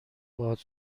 باهات